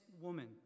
woman